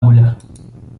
guľa